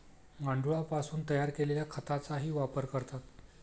गांडुळापासून तयार केलेल्या खताचाही वापर करतात